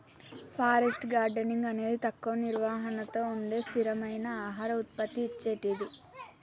forest gardening అనేది తక్కువ నిర్వహణతో ఉండే స్థిరమైన ఆహార ఉత్పత్తి ఇచ్చేటిది